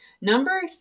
number